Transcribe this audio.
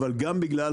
אבל גם בגלל